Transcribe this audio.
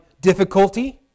difficulty